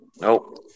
Nope